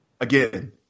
Again